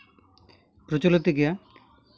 ᱯᱨᱚᱪᱚᱞᱤᱛᱚ ᱜᱮᱭᱟ